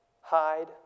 hide